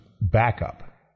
backup